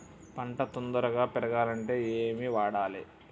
పంట తొందరగా పెరగాలంటే ఏమి వాడాలి?